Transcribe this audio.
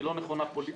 היא לא נכונה פוליטית.